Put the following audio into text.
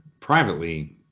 privately